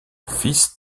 fils